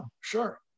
sure